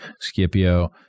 Scipio